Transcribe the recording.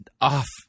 off